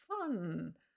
fun